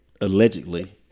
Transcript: allegedly